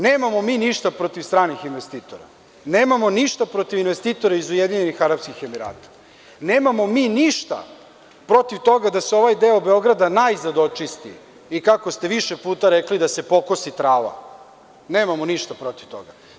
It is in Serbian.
Nemamo mi ništa protiv stranih investitora, nemamo ništa protiv investitora iz Ujedinjenih Arapskih Emirata, nemamo mi ništa protiv toga da se ovaj deo Beograda najzad očisti i kako ste više puta rekli – da se pokosi trava, nemamo ništa protiv toga.